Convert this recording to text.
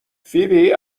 فیبی